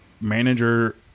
manager